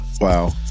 Wow